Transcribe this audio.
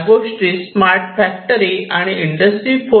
या गोष्टी smart factory आणि इंडस्ट्री 4